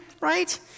right